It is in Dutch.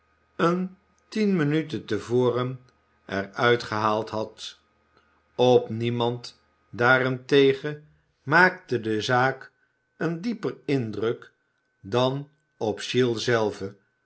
een tien minuten te voren er uit gehaald had op niemand daarentegen maakte de zaak een dieper indruk dan op giles zelven